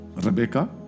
Rebecca